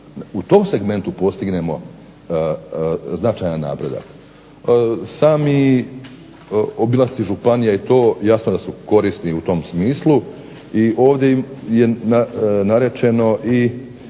u tom segmentu postignemo značajan napredak. Sami obilasci županija i to jasno da su korisni u tom smislu i ovdje je narečeno i